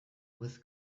with